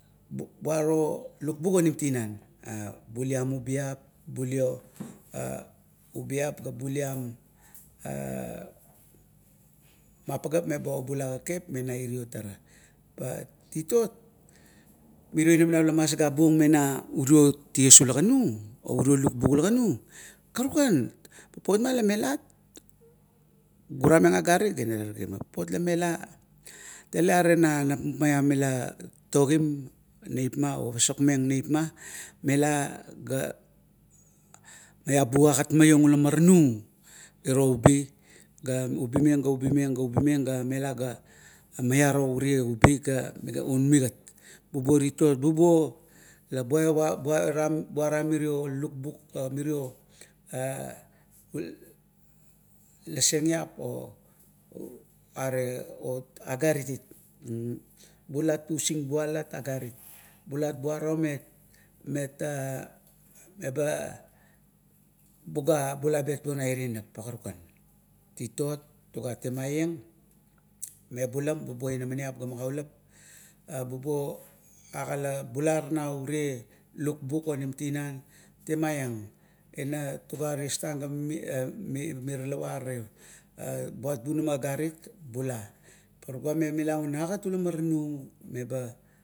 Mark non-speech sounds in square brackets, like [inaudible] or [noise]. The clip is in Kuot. Buara lukbuk onim tinan, buliam ubiap, pulio aubiap ga buliam [hesitation] mapageap meba abula kekep me nap iro tara. Pa titot mirio inamaniap la masagabuong me na urio ties ula ganu ouri lukbuk ula ganu karukan, papot ma la melat gurameng agarit gaina terigi meng. Tale are nanavup maiam mila tatogem neipma, omila pasok meng neipma, mela ga miabu agat maiong ura maranu iro ubi, ga ubi meng, ga ubi meng ga ubimeng ga mela ga maiaro ure ubi un migat. Bubuo titot, bubuo la bura, buiram miro lukbuk ga mirio [hesitation] lasengiap o are ot agaritit [hesitation] bula asengbualat agarit, bulat buaram me met [hesitation] eba bula betbuong na ire nap pa karukan. Titot tuga temaieng mebulam bubuo inamaniap ga magaulap abubuo agula bular naurie lukbuk onim tinan. Temaieng toga ina ties tang ga mimi, ga mirala garero buat bunama agarit. Bula, patuga bula un agat ula maranu meba.